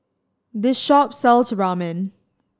this shop sells Ramen